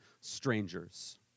strangers